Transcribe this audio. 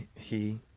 he,